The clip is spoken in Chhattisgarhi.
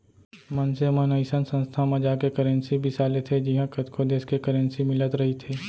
मनसे मन अइसन संस्था म जाके करेंसी बिसा लेथे जिहॉं कतको देस के करेंसी मिलत रहिथे